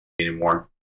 anymore